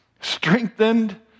Strengthened